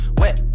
wet